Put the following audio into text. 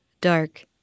dark